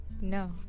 No